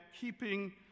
keeping